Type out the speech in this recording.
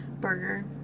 burger